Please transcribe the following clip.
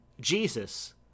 Jesus